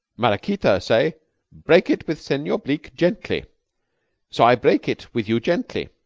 maraquita say break it with senor bleke gently so i break it with you gently.